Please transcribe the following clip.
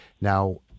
Now